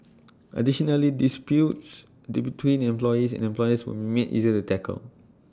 additionally disputes D between employees and employers will be made easier to tackle